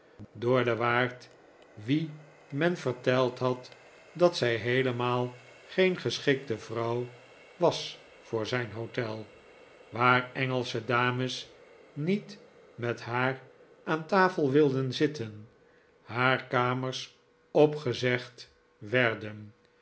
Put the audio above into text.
door den waard wien men verteld had dat zij heelemaal geen geschikte vrouw was voor zijn hotel waar engelsche dames niet met haar aan tafel wilden zitten haar kamers opgezegd werden